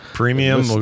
Premium